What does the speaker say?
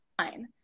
fine